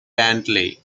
bentley